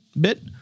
bit